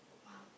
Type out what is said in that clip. !wow!